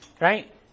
right